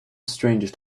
strangest